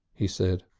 he said.